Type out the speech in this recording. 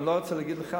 אני לא רוצה להגיד לך,